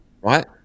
right